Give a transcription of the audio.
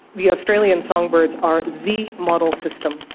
the australian songbirds are the model system.